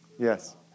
Yes